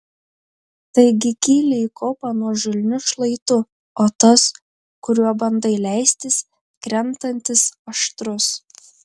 taigi kyli į kopą nuožulniu šlaitu o tas kuriuo bandai leistis krentantis aštrus